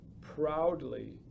proudly